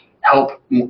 help